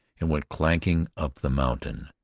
and went clanking up the mountain.